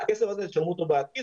הכסף הזה תשלמו אותו בעתיד,